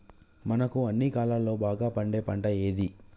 మనకు అన్ని కాలాల్లో బాగా పండే పంట ఏది?